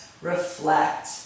reflect